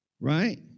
Right